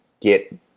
get